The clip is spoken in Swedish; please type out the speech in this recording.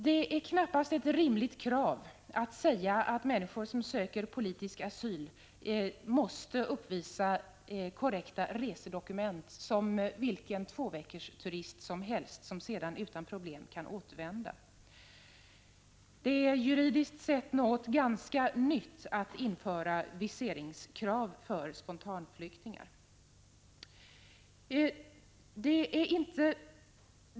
Det är knappast ett rimligt krav att människor som söker politisk asyl måste uppvisa korrekta resedokument som vilken tvåveckorsturist som helst som sedan utan problem kan återvända. Det är juridiskt sett ganska nytt att införa viseringskrav för spontanflyktingar.